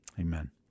Amen